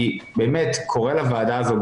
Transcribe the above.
אני באמת קורא לוועדה הזאת,